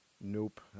nope